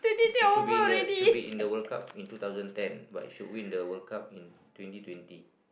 it should be in the should be in the World Cup in two thousand ten but it should win the World Cup in twenty twenty